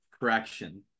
correction